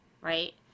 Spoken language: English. right